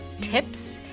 tips